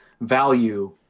value